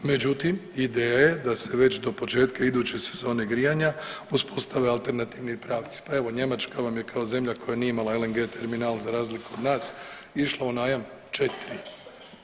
Međutim, ideja je da se već do početka iduće sezone grijanja uspostave alternativni pravci, pa evo Njemačka vam je kao zemlja koja nije imala LNG terminal za razliku od nas išla u najam četiri.